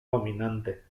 dominante